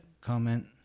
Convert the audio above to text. comment